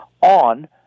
on